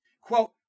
quote